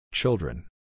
Children